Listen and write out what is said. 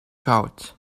goud